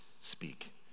speak